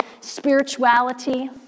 spirituality